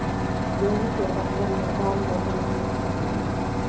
गेंहू के पटवन में कौन मोटर उपयोग करवय?